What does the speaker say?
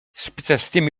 spiczastymi